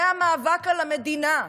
זה המאבק על המדינה,